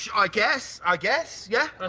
i guess. i guess. yeah ah